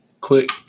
click